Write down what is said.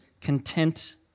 content